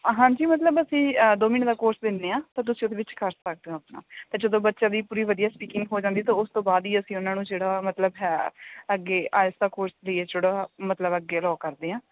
ਹਾਂਜੀ ਮਤਲਬ ਅਸੀਂ ਦੋ ਮਹੀਨੇ ਦਾ ਕੋਰਸ ਦਿੰਦੇ ਹਾਂ ਤਾਂ ਤੁਸੀਂ ਉਹਦੇ ਵਿੱਚ ਕਰ ਸਕਦੇ ਹੋ ਆਪਣਾ ਅਤੇ ਜਦੋਂ ਬੱਚਾ ਦੀ ਪੂਰੀ ਵਧੀਆ ਸਪੀਕਿੰਗ ਹੋ ਜਾਂਦੀ ਤਾ ਉਸ ਤੋਂ ਬਾਅਦ ਹੀ ਅਸੀਂ ਉਹਨਾਂ ਨੂੰ ਜਿਹੜਾ ਮਤਲਬ ਹੈ ਅੱਗੇ ਆਈਲੈਟਸ ਦਾ ਕੋਰਸ ਲਈ ਹੈ ਜਿਹੜਾ ਮਤਲਵ ਅੱਗੇ ਅਲਾਓ ਕਰਦੇ ਹਾਂ